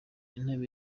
intebe